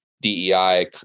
DEI